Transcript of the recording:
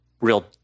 real